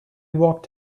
walked